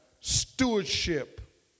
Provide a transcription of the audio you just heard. stewardship